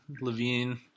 Levine